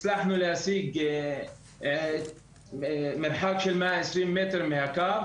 הצלחנו להשיג מרחק של מאה עשרים מטר מהקו,